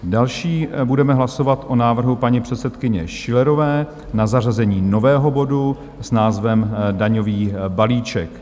Další budeme hlasovat o návrhu paní předsedkyně Schillerové na zařazení nového bodu s názvem Daňový balíček.